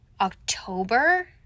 October